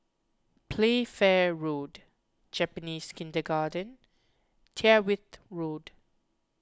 Playfair Road Japanese Kindergarten and Tyrwhitt Road